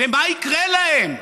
ומה יקרה להם?